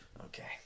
Okay